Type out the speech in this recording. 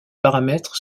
paramètres